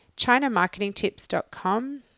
Chinamarketingtips.com